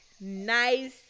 nice